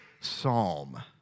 psalm